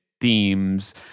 themes